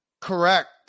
correct